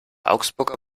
augsburger